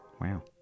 wow